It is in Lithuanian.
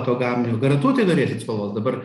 to gaminio garantuotai norėsit spalvos dabar